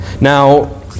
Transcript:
Now